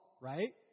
right